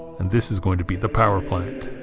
and this is going to be the powerpoint